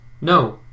No